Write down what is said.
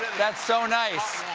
that's so nice.